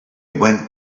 went